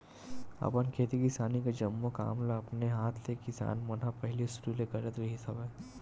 अपन खेती किसानी के जम्मो काम ल अपने हात ले किसान मन ह पहिली सुरु ले करत रिहिस हवय